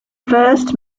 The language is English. first